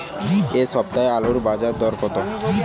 এ সপ্তাহে আলুর বাজার দর কত?